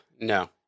No